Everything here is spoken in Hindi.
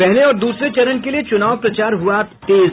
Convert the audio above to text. पहले और दूसरे चरण के लिये चुनाव प्रचार हुआ और तेज